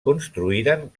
construïren